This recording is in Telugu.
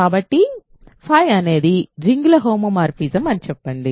కాబట్టి అనేది రింగుల హోమోమార్ఫిజం అని చెప్పండి